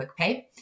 QuickPay